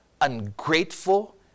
ungrateful